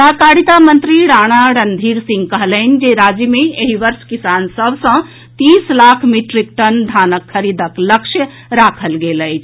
सहकारिता मंत्री राणा रणधीर सिंह कहलनि जे राज्य मे एहि वर्ष किसान सभ सँ तीस लाख मीट्रिक टन धानक खरीदक लक्ष्य राखल गेल अछि